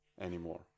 anymore